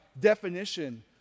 definition